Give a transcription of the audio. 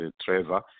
Trevor